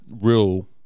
real